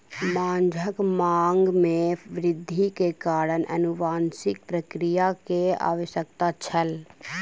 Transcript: माँछक मांग में वृद्धि के कारण अनुवांशिक प्रक्रिया के आवश्यकता छल